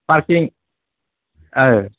parking